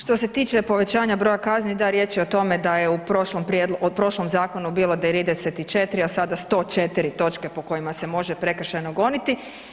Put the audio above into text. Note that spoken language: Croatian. Što se tiče povećanja broja kazni, da riječ je o tome da je u prošlom zakonu bilo 34, a sada 104 točke po kojima se može prekršajno goniti.